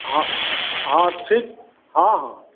हँ हँ ठीक हँ